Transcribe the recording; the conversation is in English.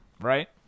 right